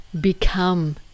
become